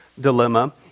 dilemma